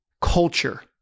culture